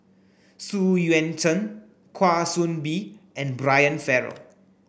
Xu Yuan Zhen Kwa Soon Bee and Brian Farrell